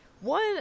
one